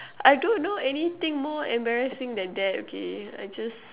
I don't know anything more embarrassing than that okay I just